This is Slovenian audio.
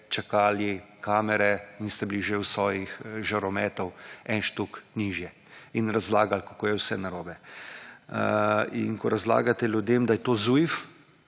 čakali kamere in ste bili že v svojih žarometov eden štuk nižje in razlagali kako je vse narobe. Ko razlagate ljudem, da je to ZUJF